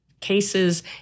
cases